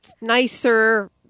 nicer